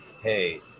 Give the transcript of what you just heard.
hey